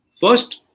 First